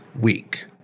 week